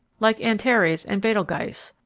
like antares and betelgeuse,